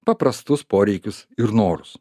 paprastus poreikius ir norus